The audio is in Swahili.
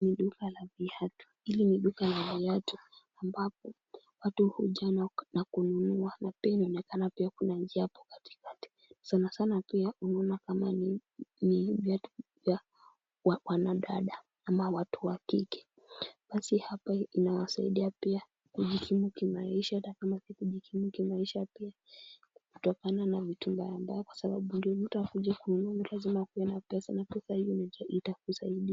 Ni duka la viatu. Hili ni duka la viatu ambapo watu huja na kununua na pia inaonekana pia kuna njia hapo katikati sanasana pia unaona kama ni viatu vya wanadada ama watu wa kike. Basi hapa inawasaidia pia kujikimu kimaisha na pia kutokana na vitu mbaya mbaya kwa sababu ndio mtu akuje kununua viatu na kupeana pesa na pesa hio itakusaidia.